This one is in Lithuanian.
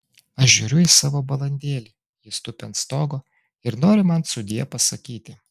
aš žiūriu į savo balandėlį jis tupi ant stogo ir nori man sudie pasakyti